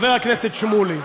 חבר הכנסת שמולי,